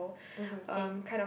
mmhmm same